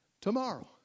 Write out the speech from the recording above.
tomorrow